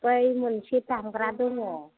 बै मोनसे दामग्रा दङ'